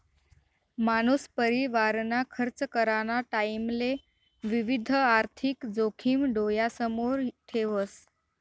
मानूस परिवारना खर्च कराना टाईमले विविध आर्थिक जोखिम डोयासमोर ठेवस